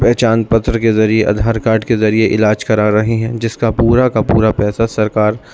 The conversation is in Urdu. پہچان پتر کے ذریعے آدھار کاڈ کے ذریعے علاج کرا رہے ہیں جس کا پورا کا پورا پیسہ سرکار